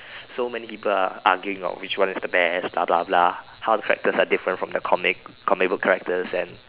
so many people are arguing of which one is the best blah blah blah how the characters are different from the comic comic book characters and